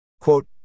Quote